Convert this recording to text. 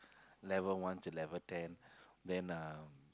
level one to level ten then lah